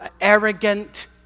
arrogant